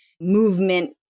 movement